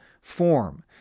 form